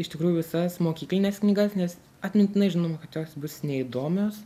iš tikrųjų visas mokyklines knygas nes atmintinai žinoma kad jos bus neįdomios